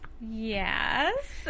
Yes